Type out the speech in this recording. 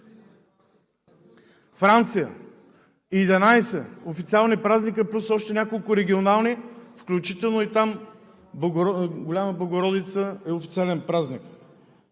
Франция – 11 официални празника плюс още няколко регионални, включително там Голяма Богородица е официален празник.